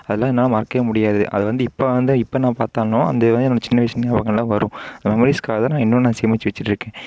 அதெலாம் என்னால் மறக்கவே முடியாது அதுவந்து இப்போ வந்த இப்போ நான் பார்த்தாலும் அந்த வந்த என்னோட சின்ன வயது ஞாபகங்களெலாம் வரும் மெமரீஸ்க்காகதான் நான் இன்னும் நான் சேமித்து வச்சுட்டு இருக்கேன்